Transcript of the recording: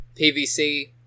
PVC